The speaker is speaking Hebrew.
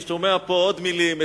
אני שומע פה עוד מלים.